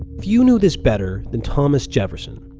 few know this better than thomas jefferson,